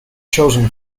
chosen